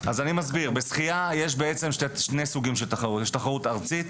אז אני מסביר: בשחייה יש שני סוגים של תחרויות יש תחרות ארצית,